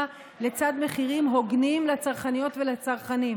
לצד מחירים הוגנים לצרכניות ולצרכנים.